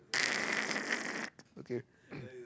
okay